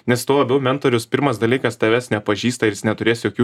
nes tuo labiau mentorius pirmas dalykas tavęs nepažįsta ir neturės jokių